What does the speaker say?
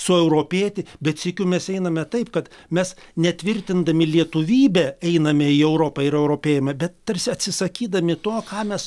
sueuropėti bet sykiu mes einame taip kad mes ne tvirtindami lietuvybę einame į europą ir europėjame bet tarsi atsisakydami to ką mes